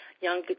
young